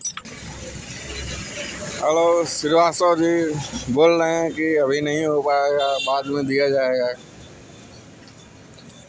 मतलब इ की लोग उधारी पईसा ले लेत बाटे आ देवे के नइखे चाहत